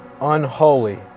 unholy